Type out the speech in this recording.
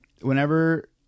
whenever